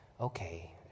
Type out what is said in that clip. Okay